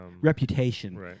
Reputation